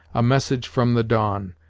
a message from the dawn,